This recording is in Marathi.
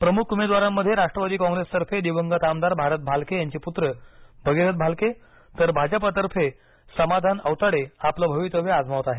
प्रमुख उमेदवारांमध्ये राष्ट्रवादी कॉंग्रेसतर्फे दिवंगत आमदार भारत भालके यांचे पुत्र भगीरथ भालके तर भाजपातर्फे समाधान औताडे आपलं भवितव्य आजमावत आहेत